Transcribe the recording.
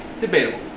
Debatable